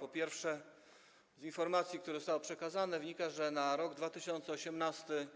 Po pierwsze, z informacji, które zostały przekazane, wynika, że na rok 2018